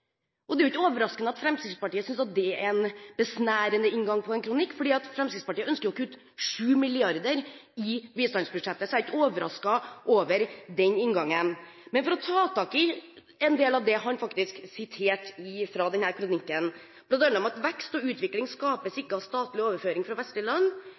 Det er ikke overraskende at Fremskrittspartiet synes det er en besnærende inngang på en kronikk, for Fremskrittspartiet ønsker jo å kutte 7 mrd. kr i bistandsbudsjettet. Jeg er ikke overrasket over den inngangen. For å ta tak i en del av det han siterte fra kronikken: «Vekst og utvikling skapes ikke av statlige overføringer fra vestlige land, men av investeringer som skaper arbeidsplasser, og